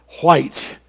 white